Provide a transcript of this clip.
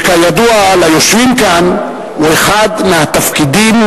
שכידוע ליושבים כאן הוא אחד מהתפקידים